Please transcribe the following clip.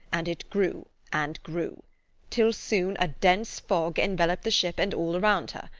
and it grew, and grew till soon a dense fog enveloped the ship and all around her.